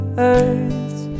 words